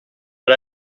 but